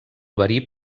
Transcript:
verí